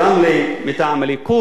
אני גם אדבר עליו